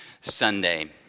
Sunday